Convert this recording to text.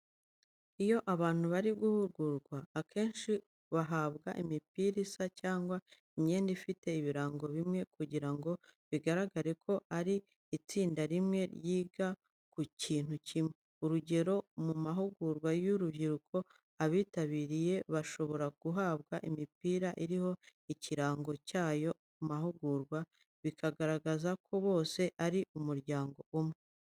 Iyo abantu bari guhugurwa, akenshi bahabwa imipira isa cyangwa imyenda ifite ibirango bimwe kugira ngo bigaragare ko ari itsinda rimwe ryiga ku kintu kimwe. Urugero, mu mahugurwa y'urubyiruko, abitabiriye bashobora guhabwa imipira iriho ikirango cy'ayo mahugurwa, bikagaragaza ko bose ari umuryango umwe.